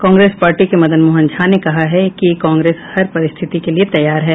कांग्रेस के प्रदेश अध्यक्ष मदन मोहन झा ने कहा है कि कांग्रेस हर परिस्थिति के लिये तैयार है